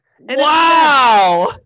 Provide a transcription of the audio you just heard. wow